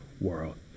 world